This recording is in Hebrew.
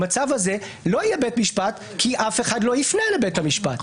במצב הזה לא יהיה בית משפט כי אף אחד לא יפנה לבית המשפט,